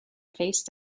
face